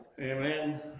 Amen